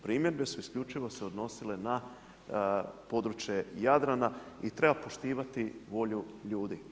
Primjedbe su isključivo se iznosilo na područje Jadrana i treba poštivati volju ljudi.